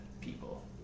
people